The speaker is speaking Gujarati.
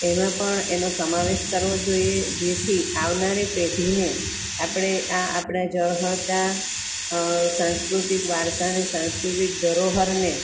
એમાં પણ એનો સમાવેશ કરવો જોઈએ જેથી આવનારી પેઢીને આપણે આ આપણે ઝળહળતા સાસંકૃતિક વારસાને સાંસ્કૃતિક ધરોહરને